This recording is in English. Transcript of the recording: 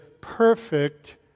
perfect